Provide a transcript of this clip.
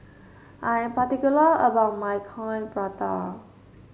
I am particular about my Coin Prata